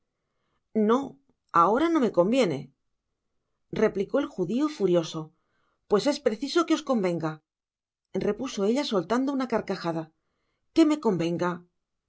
no ahora no me conviene replicó el judio furioso pues es preciso que os convenga repuso ella soltando una carcajada qué me convenga